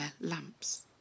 lamps